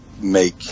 make